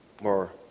more